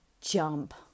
jump